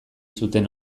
zuten